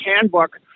handbook